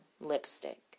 lipstick